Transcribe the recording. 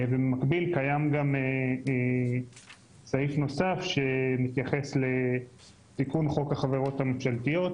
במקביל קיים גם סעיף נוסף שמתייחס לתיקון חוק החברות הממשלתיות